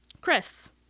Chris